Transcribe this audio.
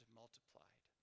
multiplied